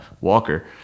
Walker